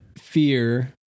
fear